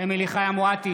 אמילי חיה מואטי,